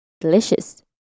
Delicious